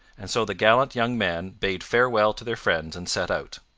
and so the gallant young men bade farewell to their friends and set out.